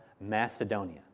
Macedonia